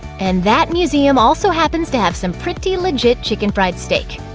and that museum also happens to have some pretty legit chicken fried steak.